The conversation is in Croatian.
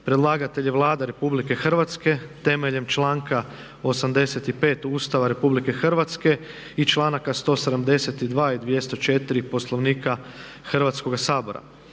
Predlagatelj je Vlada Republike Hrvatske temeljem članka 85. Ustava RH i članka 172.i 204. Poslovnika Hrvatskog sabora.